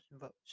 votes